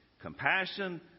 Compassion